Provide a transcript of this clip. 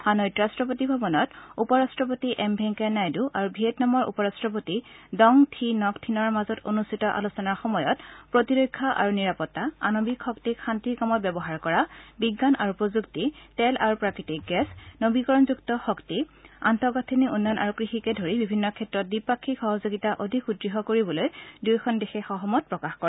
হানৈত ৰাষ্ট্ৰপতি ভৱনত উপ ৰট্টপতি এম ভেংকায়া নাইডু আৰু ভিয়েটনামৰ উপ ৰাট্টপতি ডং থী নগ থীনৰ মাজত অনুষ্ঠিত আলোচনাৰ সময়ত প্ৰতিৰক্ষা আৰু নিৰাপত্তা আণৱিক শক্তিক শান্তিৰ কামত ব্যৱহাৰ কৰা বিজ্ঞান আৰু প্ৰযুক্তি তেল আৰু প্ৰাকৃতিক গেছ নবীকৰণযুক্ত শক্তি আন্তঃগাঁথনি উন্নয়ন আৰু কৃষিকে ধৰি বিভিন্ন ক্ষেত্ৰত দ্বিপাক্ষিক সহযোগিতা অধিক সুদৃঢ় কৰিবলৈ দুয়োখনে দেশে সহমত প্ৰকাশ কৰে